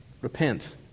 repent